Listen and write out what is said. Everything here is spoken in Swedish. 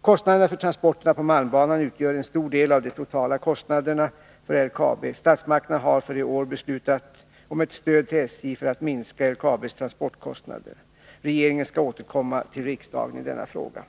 Kostnaderna för transporterna på malmbanan utgör en stor del av de totala kostnaderna för LKAB. Statsmakterna har för i år beslutat om ett stöd till SJ för att minska LKAB:s transportkostnader. Regeringen skall återkomma till riksdagen i denna fråga.